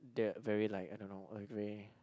they're very like I don't know Earl Grey